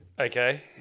Okay